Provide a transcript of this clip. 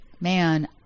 Man